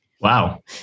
Wow